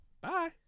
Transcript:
Bye